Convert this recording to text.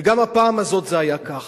וגם הפעם הזאת זה היה כך.